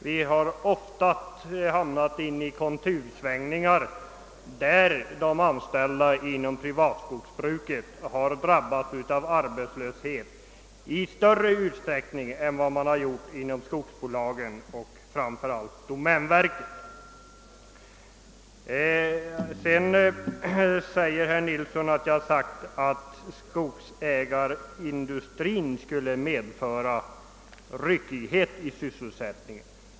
Vi har ofta hamnat i konjunktursvängningar, där de anställda inom det privata skogsbruket drabbats av arbetslöshet i större ut sträckning än de anställda hos skogsbolagen och framför allt hos domänverket. Herr Nilsson säger vidare att jag har påstått att skogsägarindustrin som sådan skulle ge upphov till ryckighet i sysselsättningen.